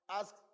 Ask